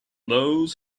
those